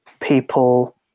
people